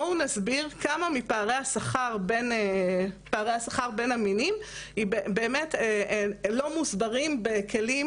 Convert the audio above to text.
בואו נסביר כמה מפערי השכר בין המינים באמת לא מוסברים בכלים